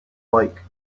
like